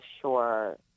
sure